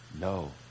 No